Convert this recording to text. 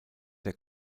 der